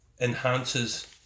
enhances